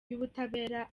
y’ubutabera